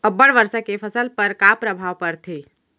अब्बड़ वर्षा के फसल पर का प्रभाव परथे?